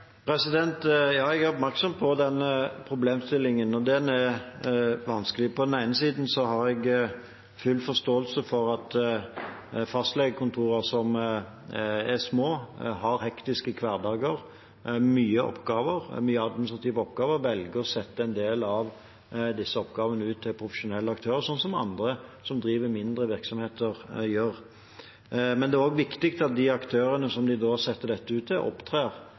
jeg er oppmerksom på den problemstillingen, og den er vanskelig. På den ene siden har jeg full forståelse for at fastlegekontorer som er små og har hektiske hverdager og mange administrative oppgaver, velger å sette en del av disse oppgavene ut til profesjonelle aktører – slik som andre som driver mindre virksomheter, gjør. Men det er også viktig at de aktørene som de da setter dette ut til, opptrer